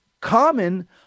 Common